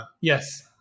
Yes